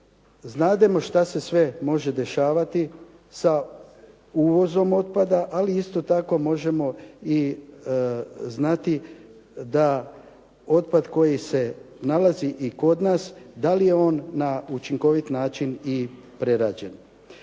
znademo šta se sve može dešavati sa uvozom otpada, ali isto tako možemo i znati da otpad koji se nalazi i kod nas da li je on na učinkovit način i prerađen.